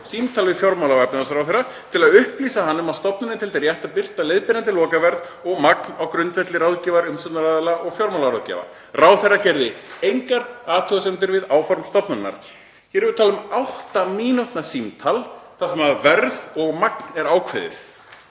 símtal við fjármála- og efnahagsráðherra til að upplýsa hann um að stofnunin teldi rétt að birta leiðbeinandi lokaverð og magn á grundvelli ráðgjafar umsjónaraðila og fjármálaráðgjafa. Ráðherra gerði engar athugasemdir við áform stofnunarinnar.“ Hér erum við að tala um átta mínútna langt símtal þar sem verð og magn er ákveðið.